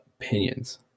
Opinions